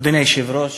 אדוני היושב-ראש,